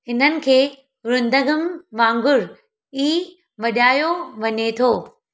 हिननि खे मृदंगम वांगुरु ई वॼायो वञे थो